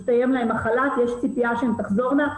הסתיים להם החל"ת ויש ציפייה שהן תחזורנה,